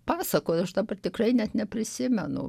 pasakojo aš dabar tikrai net neprisimenu